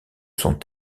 sont